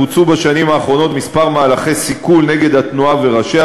בוצעו בשנים האחרונות כמה מהלכי סיכול נגד התנועה וראשיה,